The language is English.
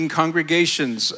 congregations